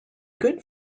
good